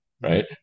right